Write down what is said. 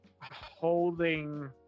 Holding